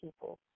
people